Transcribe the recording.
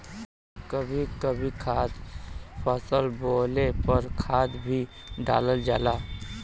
कभी कभी खाद फसल बोवले के बाद भी डालल जाला